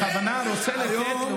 אתה תעוף והם יישארו.